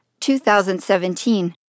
2017